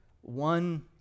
one